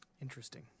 Interesting